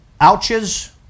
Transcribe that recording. ouches